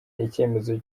icyemezo